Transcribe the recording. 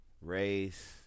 race